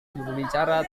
berbicara